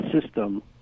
system